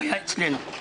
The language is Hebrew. לא אצלנו.